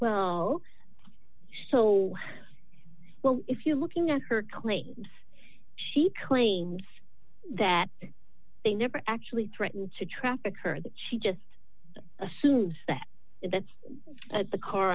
well so well if you're looking at her claims she claims that they never actually threatened to traffic her that she just assumed that that's the car